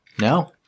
No